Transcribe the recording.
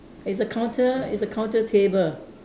it's a counter it's a counter table